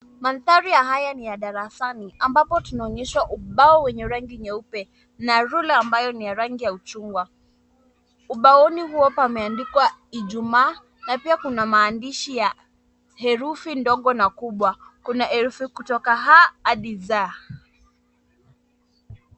Mandhari ya haya ni ya darasani ambapo tunaonyeshwa ubao wenye rangi nyeupe na rula ambayo ni ya rangi ya chungwa. Ubaoni huo pameandikwa Ijumaa na pia kuna maandishi ya herufi ndogo na kubwa. Kuna herufi kutoka a hadi z.